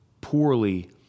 poorly